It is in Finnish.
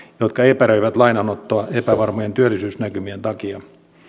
jotka epäröivät lainanottoa epävarmojen työllisyysnäkymien takia